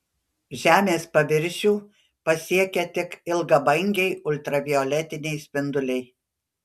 žemės paviršių pasiekia tik ilgabangiai ultravioletiniai spinduliai